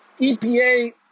EPA